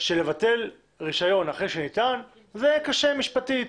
שלבטל רישיון אחרי שניתן, זה קשה משפטית.